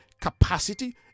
capacity